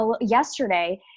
yesterday